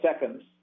seconds